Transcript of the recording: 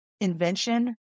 invention